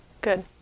good